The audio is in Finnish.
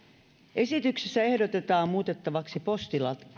esityksessä ehdotetaan muutettavaksi postilakia